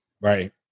Right